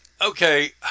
Okay